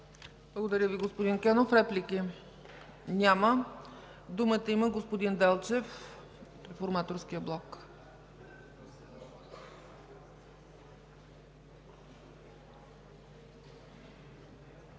Благодаря Ви, господин Кенов. Реплики? Няма. Думата има господин Делчев от Реформаторския блок.